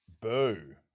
Boo